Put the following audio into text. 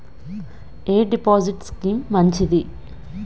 ఎ deposit scheme మంచిది?